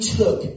took